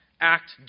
act